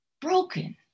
broken